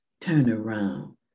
turnaround